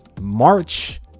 March